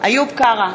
איוב קרא,